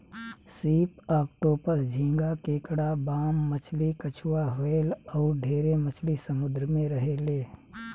सीप, ऑक्टोपस, झींगा, केकड़ा, बाम मछली, कछुआ, व्हेल अउर ढेरे मछली समुंद्र में रहेले